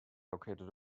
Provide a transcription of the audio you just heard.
located